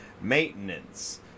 maintenance